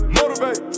motivate